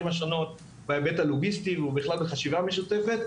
השונות בהיבט הלוגיסטי ובכלל בחשיבה משותפת,